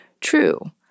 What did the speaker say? true